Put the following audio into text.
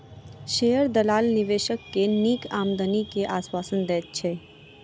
share दलाल निवेशक के नीक आमदनी के आश्वासन दैत अछि